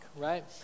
Right